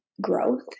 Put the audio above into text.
growth